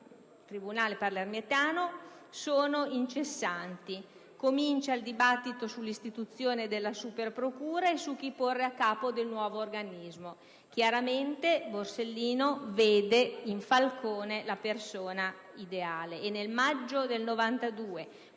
tribunale palermitano, sono incessanti. Comincia il dibattito sull'istituzione della superprocura e su chi porre a capo del nuovo organismo. Chiaramente, Borsellino vede in Falcone la persona ideale, ma nel maggio 1992